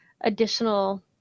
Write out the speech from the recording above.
additional